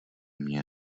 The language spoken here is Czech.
mně